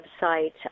website